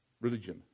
religion